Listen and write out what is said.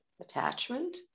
attachment